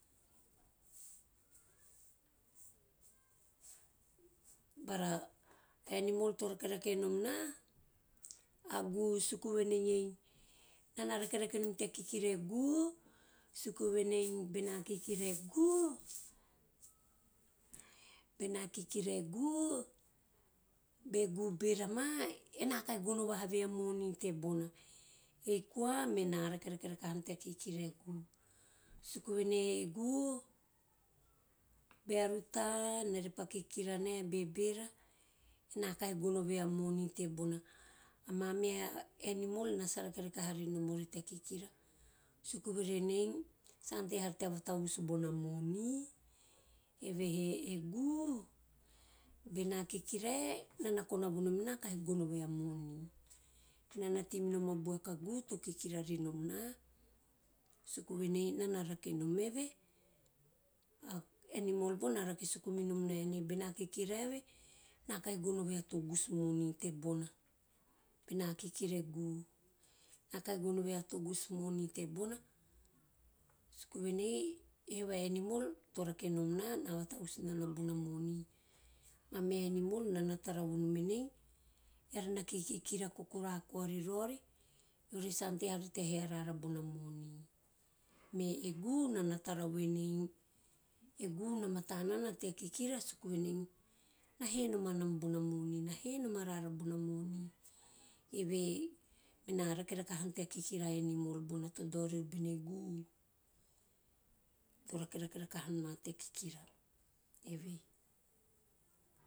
Bara a animol to rakerake nom na a gu`u suku vene iei ena na rakerake nom tea kikira e gu`u suku venei bena kikira e gu`u- bene kikira e gu`u, be gu`u bera ma ena kahi gono voha ve a moni tebona. Ei koa mena rakerake rakohanom tea kakira e gu`u suku venei e gu`u bea ruta ena repa kikira ne be beva ena kahi gono ve a moni tebona. Ama meha animol ena sa rakerake ha rinomori tea kikira. Sa ante hari tea vatavus bona moni. E gu`u bena kikira e enana kona vonom en ena kahi gono ve o moni na, ei enana rakenom eve a animol bona na rake sukunom na ven bena kikira eve, ena kahi gono ve a togus moni tebona.- ben kikira e gu`u ena kahi gono ve a togus moni tebona, suku venei evei eve a animol to rakenom na to vatavus nana bona moni. Mameha animol nana tara vonom en eara na kikira kokora koa riraori eori he sa ante hari tea he arara bona moni. Me e gu`u enana tara venei, e gu`u mata nana tea kikira suku venei na ne noma rara bona money, na he nomanam vai to dao riori bene gu`u to rakerake nom na tea kikira, eve.